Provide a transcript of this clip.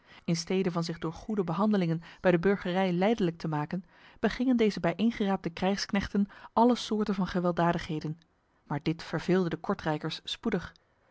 in stede van zich door goede behandelingen bij de burgerij lijdelijk te maken begingen deze bijeengeraapte krijgsknechten alle soorten van gewelddadigheden maar dit verveelde de kortrijkers spoedig